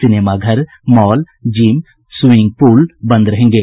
सिनेमाघर mall gym swimming pool बंद रहेंगे